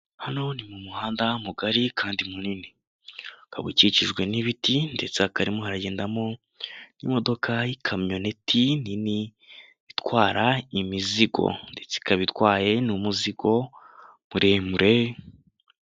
Hano ni mu muhanda mugari kandi munini, Ukabukikijwe n'ibiti ndetse akarimo haragendamo imodoka y'ikamyoneti nini itwara imizigo ndetse ikaba itwaye n'umuzigo muremure.